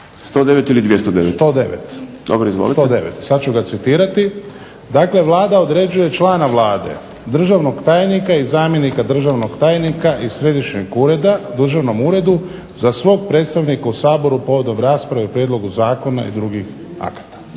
Ivan (HDZ)** 109. Sad ću ga citirati. Dakle, Vlada određuje člana Vlada, državnog tajnika i zamjenika državnog tajnika iz središnjeg ureda u državnom uredu za svog predstavnika u Saboru povodom rasprave o prijedlogu zakona i drugih akata.